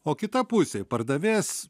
o kita pusė pardavėjas